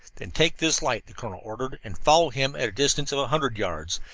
then take this light, the colonel ordered, and follow him at a distance of a hundred yards.